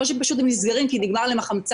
או שהם נסגרים כי נגמר להם החמצן.